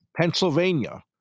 Pennsylvania